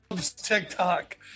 TikTok